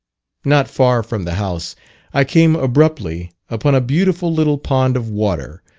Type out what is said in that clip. not far from the house i came abruptly upon a beautiful little pond of water,